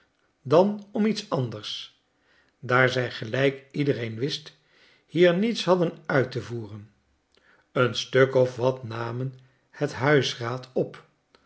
dan om iets anders daar zij gelijk iedereen wist hier niets hadden uit te voeren een stuk of wat namen het huisraad op